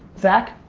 zach?